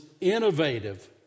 innovative